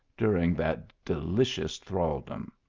during that de licious thraldom.